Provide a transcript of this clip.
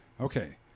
okay